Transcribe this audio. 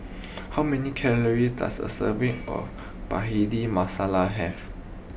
how many calories does a serving of Bhindi Masala have